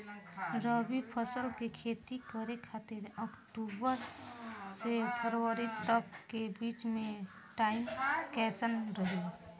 रबी फसल के खेती करे खातिर अक्तूबर से फरवरी तक के बीच मे टाइम कैसन रही?